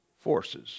forces